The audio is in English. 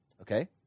okay